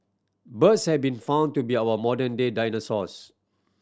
birds have been found to be our modern day dinosaurs